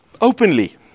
openly